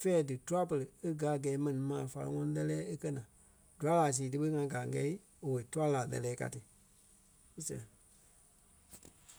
fɛ̂ɛ dí tûa-pere e gɛ a gɛɛ mɛni maa fáleŋɔɔi lɛ́lɛɛ e kɛ́ naa. Dua láa sii ti ɓe ŋa gáa ŋ́ɛ owei tua láa lɛ́lɛɛ káa ti. Í sɛɣɛ.